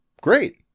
great